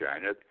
China